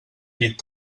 llit